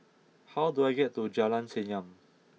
how do I get to Jalan Senyum